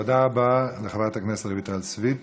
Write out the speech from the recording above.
תודה רבה לחברת הכנסת רויטל סויד.